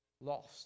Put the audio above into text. lost